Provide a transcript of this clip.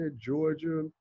Georgia